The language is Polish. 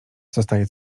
zostaje